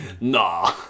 nah